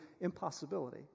impossibility